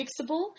fixable